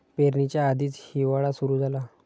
पेरणीच्या आधीच हिवाळा सुरू झाला